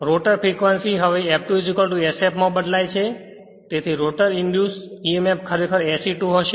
rotor frequency હવે F2 sf માં બદલાય છે તેથી રોટર ઇંડ્યુસ emf ખરેખર SE2 હશે